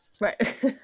Right